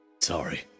sorry